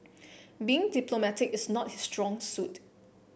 being diplomatic is not his strong suit